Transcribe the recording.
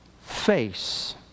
face